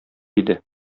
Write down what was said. иде